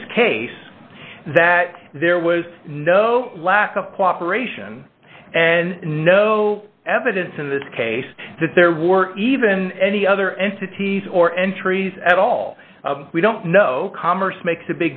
this case that there was no lack of cooperation and no evidence in this case that there were even any other entities or entries at all we don't know commerce makes a